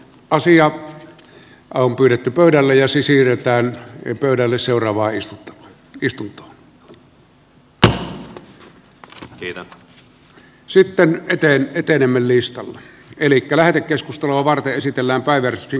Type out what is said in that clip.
keskustelussa on pyydetty kohdalle ja se siirretään pyöräilyseura vahvisti ari jalonen ehdottanut että asia pannaan pöydälle seuraavaan istuntoon